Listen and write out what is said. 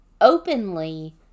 openly